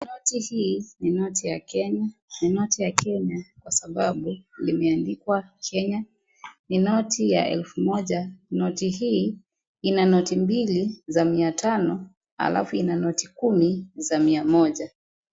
Noti hii ni noti ya Kenya. Ni noti ya Kenya kwa sababu limeandikwa Kenya. Ni noti ya elfu moja. Noti hii ina noti mbili za mia tano alafu ina noti kumi za mia moja.